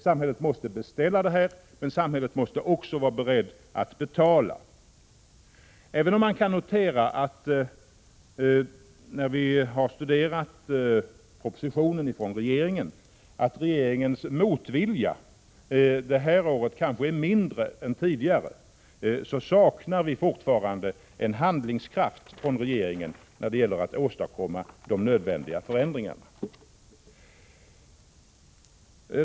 Samhället måste beställa detta, men samhället måste också vara berett att betala. Även om man kan notera, efter att ha studerat propositionen från regeringen, att regeringens motvilja det här året kanske är mindre än tidigare, saknar vi fortfarande en handlingskraft från regeringen när det gäller att åstadkomma de nödvändiga förändringarna.